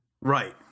Right